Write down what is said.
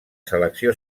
selecció